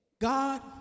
God